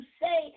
say